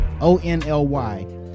o-n-l-y